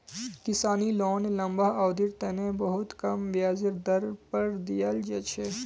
किसानी लोन लम्बा अवधिर तने बहुत कम ब्याजेर दर पर दीयाल जा छे